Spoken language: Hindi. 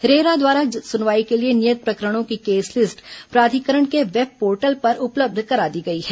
रेरा द्वारा सुनवाई के लिए नियत प्रकरणों की केस लिस्ट प्राधिकरण के वेबपोर्टल पर उपलब्ध करा दी गई है